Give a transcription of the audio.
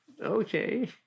Okay